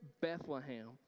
Bethlehem